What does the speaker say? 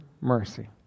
mercy